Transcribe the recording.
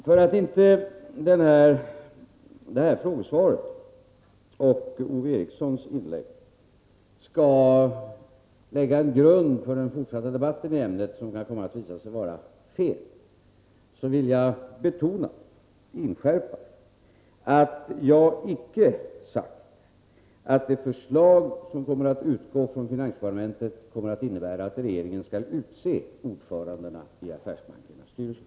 För att inte det här frågesvaret och Ove Erikssons inlägg skall lägga en grund för den fortsatta debatten i ämnet som kan komma att visa sig vara felaktig vill jag inskärpa att jag icke sagt, att det förslag som kommer att utgå från finansdepartementet kommer att innebära att regeringen skall utse ordförandena i affärsbankernas styrelser.